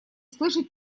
слышит